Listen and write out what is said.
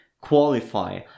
qualify